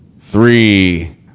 three